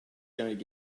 going